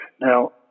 Now